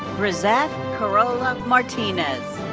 brizeth carola martinez.